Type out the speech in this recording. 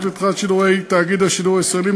לתחילת שידורי תאגיד השידור הישראלי,